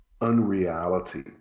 unreality